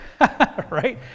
right